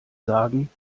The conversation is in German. sagen